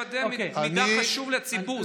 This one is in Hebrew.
אני רק מוודא מידע חשוב לציבור.